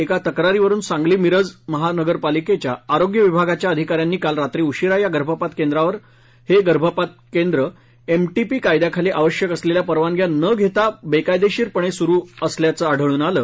एका तक्रारीवरुन सांगली मिरज महापालिकेच्या आरोग्य विभागाच्या अधिकाऱ्यांनी काल रात्री उशीरा या गर्भपात केंद्रावर छापे टाकले हे गर्भपात केन्द्र एम टी पी कायदयाखाली आवश्यक असलेल्या परवानग्या न घेता बेकायदेशीरपणे सुरु असल्याचं आढळून आलं